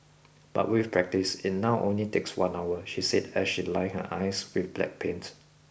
but with practice it now only takes one hour she said as she lined her eyes with black paint